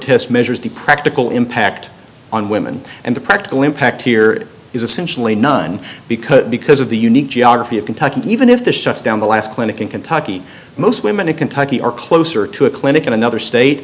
test measures the practical impact on women and the practical impact here is essentially none because because of the unique geography of kentucky even if the shuts down the last clinic in kentucky most women in kentucky are closer to a clinic in another state